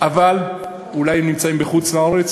אבל אולי הם נמצאים בחוץ-לארץ,